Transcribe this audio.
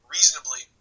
reasonably